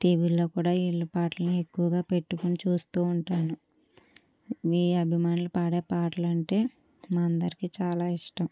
టీవీల్లో కూడా వీళ్ళ పాటలను ఎక్కువగా పెట్టుకొని చూస్తూ ఉంటాను మీ అభిమానులు పాడే పాటలు అంటే మా అందరికి చాలా ఇష్టం